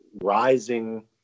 rising